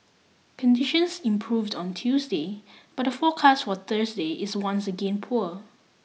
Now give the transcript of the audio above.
conditions improved on Tuesday but the forecast was Thursday is once again poor